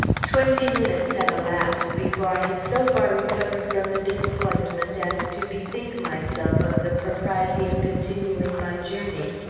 twenty minutes had elapsed before i had so far recovered from the disappointment as to bethink myself of the propriety of continuing my journey.